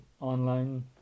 online